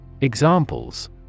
Examples